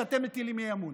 שאתם מעלים אי-אמון.